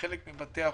בחלק מבתי החולים,